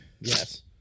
Yes